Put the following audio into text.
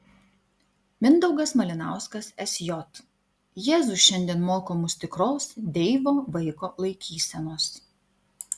mindaugas malinauskas sj jėzus šiandien moko mus tikros deivo vaiko laikysenos